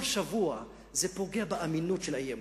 כל שבוע, זה פוגע באמינות של האי-אמון.